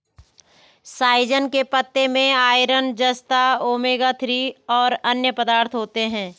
सहजन के पत्ते में आयरन, जस्ता, ओमेगा थ्री और अन्य पदार्थ होते है